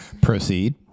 Proceed